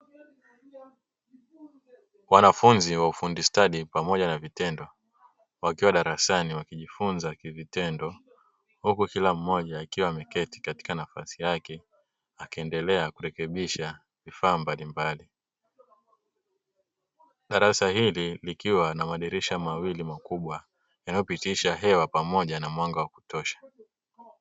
Wanafunzi wa ufundi stadi pamoja na vitendo wakiwa darasani wakijifunza kivitendo uku kila mmoja akiwa ameketi katika nafasi yake akiendelea kurekebisha vifaa mbalimbali. Darasa hili likiwa na madirisha mawili makubwa yanayopitisha hewa pamoja na mwanga wa kutosha.